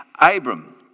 Abram